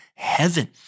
heaven